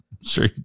sure